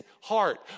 heart